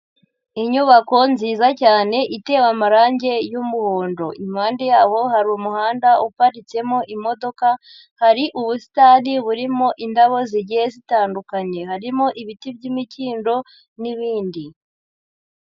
Inyubako nziza cyane itewe amarange y'umuhondo. Impande yabo hari umuhanda uparitsemo imodoka, hari ubusitani burimo indabo zigiye zitandukanye, harimo ibiti by'imikindo n'ibindi.